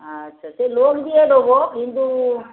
আচ্ছা সে লোক দিয়ে দেবো কিন্তু